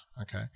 Okay